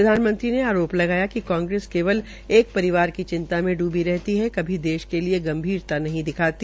प्रधानमंत्री ने आरोप लगाया कि कांग्रेस केवल एक परिवार की चिंता में डूबी रहती है कभी देश के लिये गंभीरत नहीं दिखाती